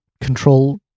control